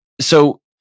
so-